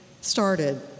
started